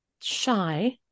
shy